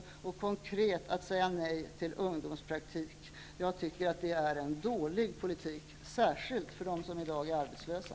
Konkret är det att säga nej til ungdomspraktik. Jag tycker att det är en dålig politik, särskilt för dem som i dag är arbetslösa.